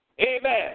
Amen